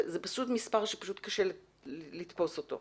זה מספר שקשה לתפוס אותו.